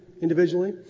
individually